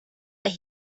that